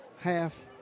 half